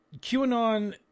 QAnon